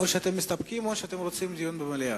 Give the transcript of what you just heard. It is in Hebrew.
או שאתם מסתפקים או שאתם רוצים דיון במליאה.